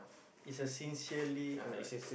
is a sincerely alright